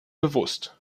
bewusst